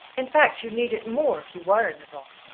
in fact, you'd need it more if you were in the wrong.